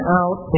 out